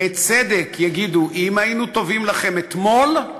בצדק, יגידו: אם היינו טובים לכם אתמול,